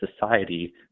society